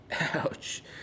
Ouch